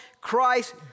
Christ